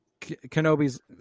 Kenobi's